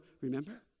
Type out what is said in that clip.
Remember